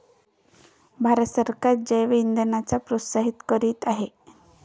भारत सरकार जैवइंधनांना प्रोत्साहित करीत आहे